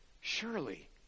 surely